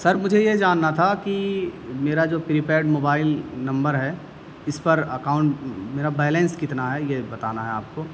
سر مجھے یہ جاننا تھا کہ میرا جو پریپیڈ موبائل نمبر ہے اس پر اکاؤنٹ میرا بیلنس کتنا ہے یہ بتانا ہے آپ کو